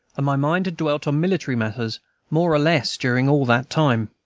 my mind had dwelt on military matters more or less during all that time.